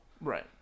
Right